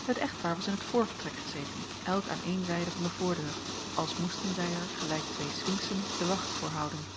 het echtpaar was in het voorvertrek gezeten elk aan eene zijde van de voordeur als moesten zij er gelijk twee sfinxen de wacht voor houden